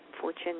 Fortune